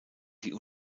die